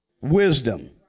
wisdom